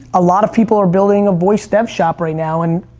a lot of people are building a voice dev shop right now and,